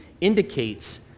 indicates